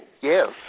Yes